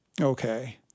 Okay